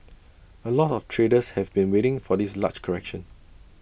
A lot of traders have been waiting for this large correction